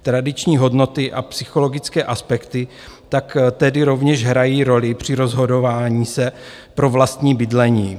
Tradiční hodnoty a psychologické aspekty tak tedy rovněž hrají roli při rozhodování se pro vlastní bydlení.